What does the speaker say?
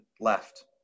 left